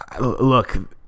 look